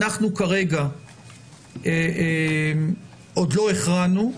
אנחנו כרגע עוד לא הכרענו,